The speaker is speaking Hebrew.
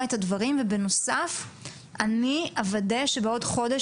את הדברים ובנוסף אני אוודא שבעוד חודש,